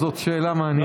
זאת שאלה מעניינת.